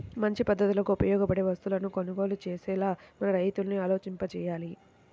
మంచి పద్ధతులకు ఉపయోగపడే వస్తువులను కొనుగోలు చేసేలా మన రైతుల్ని ఆలోచింపచెయ్యాలి